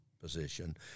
position